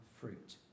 fruit